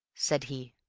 said he.